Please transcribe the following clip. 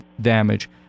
damage